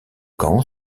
camp